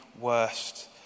worst